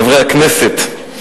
חברי הכנסת,